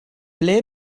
ble